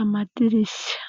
amadirishya.